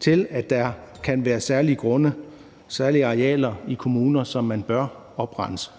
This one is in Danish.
til, at der kan være særlige grunde og særlige arealer i kommuner, som man bør oprense.